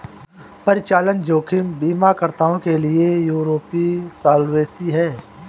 परिचालन जोखिम बीमाकर्ताओं के लिए यूरोपीय सॉल्वेंसी है